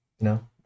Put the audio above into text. No